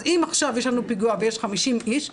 אז אם עכשיו יש לנו פיגוע ויש 50 איש,